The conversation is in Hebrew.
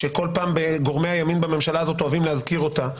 שכל פעם גורמי ימין בממשלה הזאת אוהבים להזכיר אותה,